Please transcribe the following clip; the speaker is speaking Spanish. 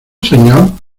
señor